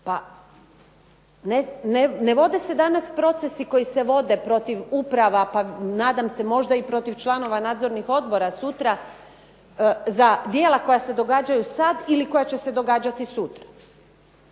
Pa ne vode se danas procesi koji se vode protiv uprava, pa nadam se možda i protiv članova nadzornih odbora sutra za djela koja se događaju sad ili koja će se događati sutra.